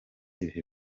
ibihe